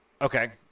Okay